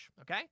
okay